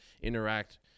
interact